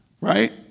Right